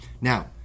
Now